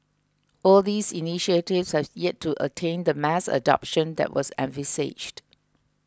all these initiatives have yet to attain the mass adoption that was envisaged